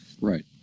Right